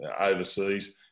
overseas